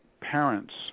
parents